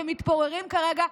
שמתפוררים כרגע,